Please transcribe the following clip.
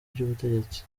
ry’ubutegetsi